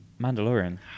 Mandalorian